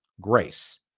grace